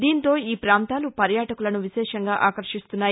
దీంతో ఈ పాంతాలు పర్యాటకులను విశేషంగా ఆకర్టిస్తున్నాయి